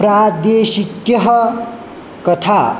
प्रादेशिककथाः